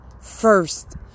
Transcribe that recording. first